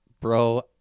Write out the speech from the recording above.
Bro